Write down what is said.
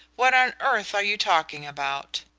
what on earth are you talking about?